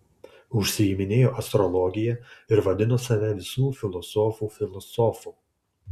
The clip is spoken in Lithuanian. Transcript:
užsiiminėjo astrologija ir vadino save visų filosofų filosofu